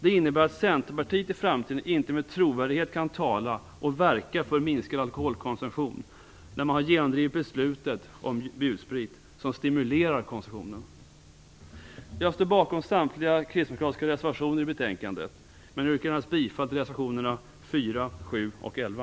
Det innebär att Centerpartiet i framtiden inte med trovärdighet kan tala och verka för minskad alkoholkonsumtion, när man har genomdrivit beslutet om bjudsprit som stimulerar konsumtionen. Jag står bakom samtliga kristdemokratiska reservationer i betänkandet, men yrkar endast bifall till reservationerna 4, 7 och 11.